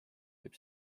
võib